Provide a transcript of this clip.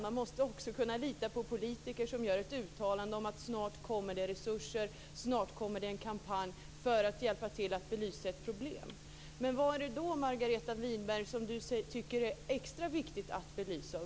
Man måste också kunna lita på politiker som gör ett uttalande om att snart kommer det resurser och snart kommer det en kampanj för att hjälpa till att belysa ett problem. Vad är det Margareta Winberg tycker är extra viktigt att belysa?